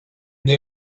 they